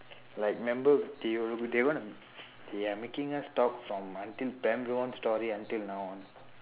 like remember they gonna they gonna they are making us talk from until ten long story until now